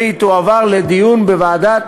והיא תועבר לדיון בוועדת,